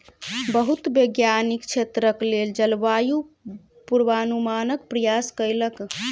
बहुत वैज्ञानिक क्षेत्रक लेल जलवायु पूर्वानुमानक प्रयास कयलक